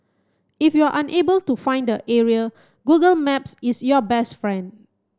if you're unable to find the area Google Maps is your best friend